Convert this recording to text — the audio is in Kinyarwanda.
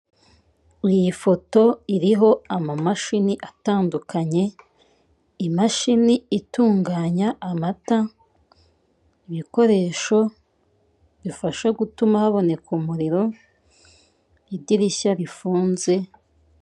Iyi foto iriho amamashini atandukanye, imashini itunganya amata, ibikoresho bifasha gutuma haboneka umuriro, idirishya rifunze.